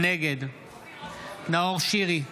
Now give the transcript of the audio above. נגד נאור שירי,